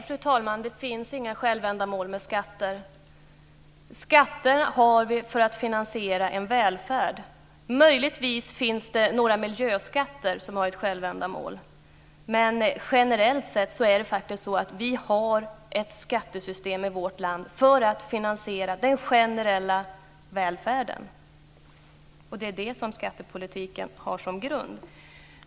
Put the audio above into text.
Fru talman! Nej, det finns inga självändamål med skatter. Skatter har vi för att finansiera en välfärd. Möjligtvis finns det några miljöskatter som har ett självändamål. Generellt sett har vi ett skattesystem i vårt land för att finansiera den generella välfärden. Det är det som skattepolitiken har som grund.